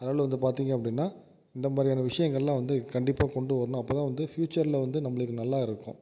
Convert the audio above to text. அதனால வந்து பார்த்திங்க அப்படின்னா இந்தமாதிரியான விஷயங்கள்லாம் வந்து கண்டிப்பாக கொண்டு வரணும் அப்போ தான் வந்து ஃப்யூச்சரில் வந்து நம்மளுக்கு நல்லாருக்கும்